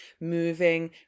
moving